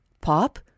Pop